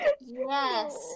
Yes